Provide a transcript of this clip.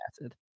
acid